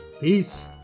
Peace